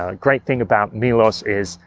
ah great thing about milos is,